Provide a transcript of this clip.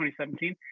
2017